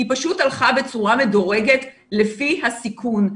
היא פשוט הלכה בצורה מדורגת לפי הסיכון,